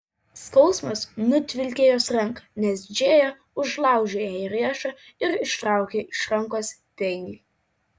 skausmas nutvilkė jos ranką nes džėja užlaužė jai riešą ir ištraukė iš rankos peilį